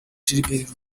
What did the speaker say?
tribert